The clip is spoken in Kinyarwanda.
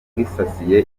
wisasiye